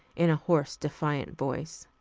in a hoarse, defiant voice.